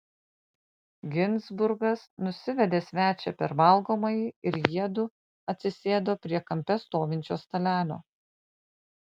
ginzburgas nusivedė svečią per valgomąjį ir jiedu atsisėdo prie kampe stovinčio stalelio